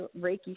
Reiki